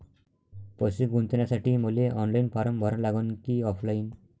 पैसे गुंतन्यासाठी मले ऑनलाईन फारम भरा लागन की ऑफलाईन?